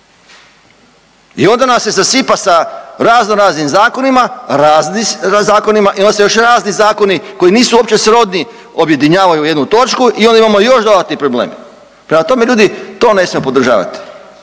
I onda nas se zasipa sa razno raznim zakonima, raznim zakonima i onda se još razni zakoni koji nisu uopće srodni objedinjavaju u jednu točku i onda imamo još dodatni problem. Prema tome ljudi to ne smijemo podržavati.